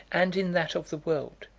and in that of the world,